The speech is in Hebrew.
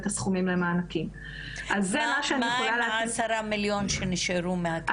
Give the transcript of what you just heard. מה עם העשרה מיליון שנשארו?